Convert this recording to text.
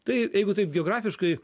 tai jeigu taip geografiškai